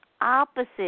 opposite